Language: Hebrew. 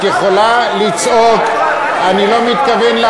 אתם הורסים את